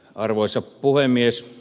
arvoisa puhemies